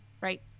right